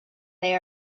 they